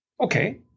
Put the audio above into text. okay